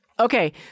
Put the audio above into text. Okay